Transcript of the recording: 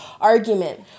argument